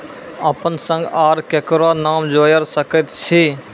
अपन संग आर ककरो नाम जोयर सकैत छी?